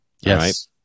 yes